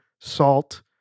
salt